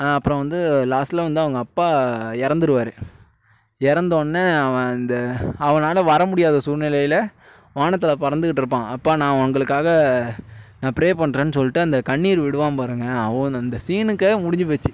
அப்புறம் வந்து லாஸ்ட்டில் வந்து அவங்க அப்பா இறந்துடுவாரு இறந்தோன்ன அவன் அந்த அவனால் வர முடியாத சூழ்நிலையில் வானத்தில் பறந்துகிட்டு இருப்பான் அப்பா நான் உங்களுக்காக நான் பிரே பண்றேன்னு சொல்லிவிட்டு அந்த கண்ணீர் விடுவான் பாருங்கள் அந்த சீனுக்காகவே முடிஞ்சு போச்சு